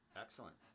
Excellent